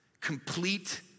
complete